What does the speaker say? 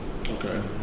Okay